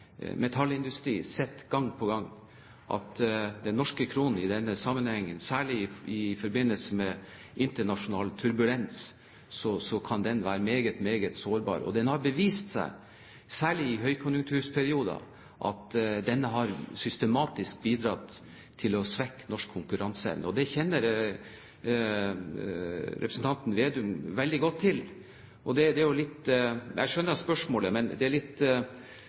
gang på gang sett at den norske kronen i denne sammenhengen, særlig i forbindelse med internasjonal turbulens, kan være meget, meget sårbar. Det har vist seg, særlig i høykonjunkturperioder, at den systematisk har bidratt til å svekke norsk konkurranseevne. Det kjenner representanten Vedum veldig godt til. Jeg skjønner spørsmålet, men det er litt merkelig å motta dette fra en representant som sågar har programfestet å si opp EØS-avtalen. Dermed er replikkordskiftet omme. For litt